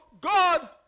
God